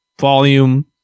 volume